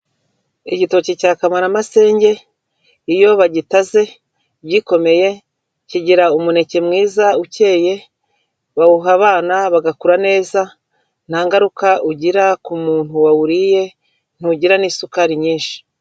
Igitoki cya kamaramasenge iyo bagitaze gikomeye kigira umuneke mwiza ukeye, bawuha abana bagakura neza, nta ngaruka ugira ku muntu wawuriye, ntugira n'isukari nyinshi.